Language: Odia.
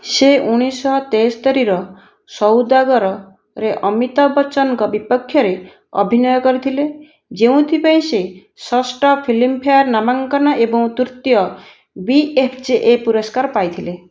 ସେ ଊଣାଇଶଶହ ତେସ୍ତରୀର ସୌଦାଗରରେ ଅମିତାଭ ବଚ୍ଚନଙ୍କ ବିପକ୍ଷରେ ଅଭିନୟ କରିଥିଲେ ଯେଉଁଥିପାଇଁ ସେ ଷଷ୍ଠ ଫିଲ୍ମଫେୟାର ନାମାଙ୍କନ ଏବଂ ତୃତୀୟ ବିଏଫଜେଏ ପୁରସ୍କାର ପାଇଥିଲେ